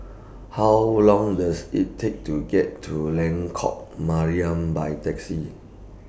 How Long Does IT Take to get to Lengkok Mariam By Taxi